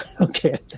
Okay